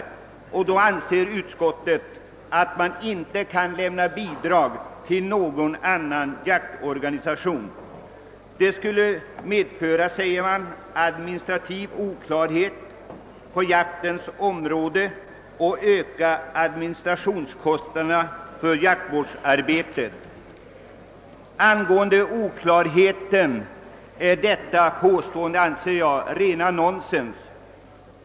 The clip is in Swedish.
Utskottet anser att man då inte kan lämna bidrag till någon annan jaktorganisation. Det skulle medföra, säger man, administrativ oklarhet på jaktens område och öka administrationskostnaderna för jaktvårdsarbetet. Påståendet om oklarhet anser jag vara rent nonsens.